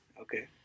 Okay